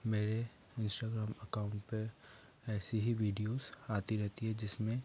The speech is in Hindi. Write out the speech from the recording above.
मेरे इंस्टाग्राम अकाउंट पर ऐसी ही वीडियोस आती रहती है जिसमें